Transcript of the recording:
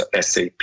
SAP